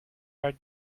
our